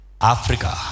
Africa